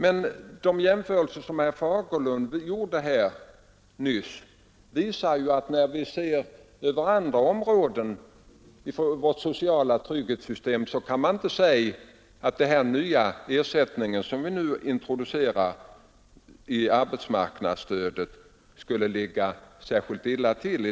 Men de jämförelser som herr Fagerlund nyss gjorde visar ju att i förhållande till andra områden i vårt sociala trygghetssystem ligger den ersättning som vi nu introducerar inom arbetsmarknadsstödet inte särskilt illa till.